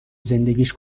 زندگیش